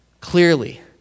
clearly